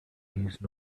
use